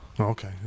Okay